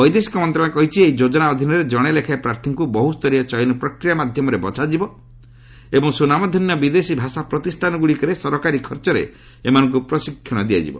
ବୈଦେଶିକ ମନ୍ତ୍ରଣାଳୟ କହିଛି ଏହି ଯୋଜନା ଅଧୀନରେ ଜଣେ ଲେଖାଏଁ ପ୍ରାର୍ଥୀଙ୍କୁ ବହୁସ୍ତରୀୟ ଚୟନ ପ୍ରକ୍ରିୟା ମାଧ୍ୟମରେ ବଛାଯିବ ଏବଂ ସୁନାମଧନ୍ୟ ବିଦେଶୀ ଭାଷା ପ୍ରତିଷ୍ଠାନ ଗୁଡ଼ିକରେ ସରକାରୀ ଖର୍ଚ୍ଚରେ ଏମାନଙ୍କୁ ପ୍ରଶିକ୍ଷଣ ଦିଆଯିବ